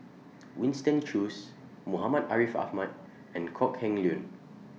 Winston Choos Muhammad Ariff Ahmad and Kok Heng Leun